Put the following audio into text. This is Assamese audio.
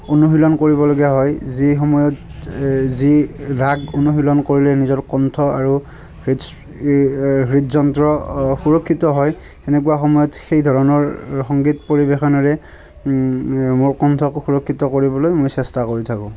অনুশীলন কৰিবলগীয়া হয় যি সময়ত যি ৰাগ অনুশীলন কৰিলে নিজৰ কণ্ঠ আৰু হৃদ হৃদযন্ত্ৰ সুৰক্ষিত হয় সেনেকুৱা সময়ত সেই ধৰণৰ সংগীত পৰিৱেশনেৰে মোৰ কণ্ঠক সুৰক্ষিত কৰিবলৈ মই চেষ্টা কৰি থাকোঁ